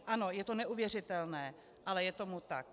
Ano, je to neuvěřitelné, ale je tomu tak.